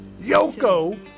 Yoko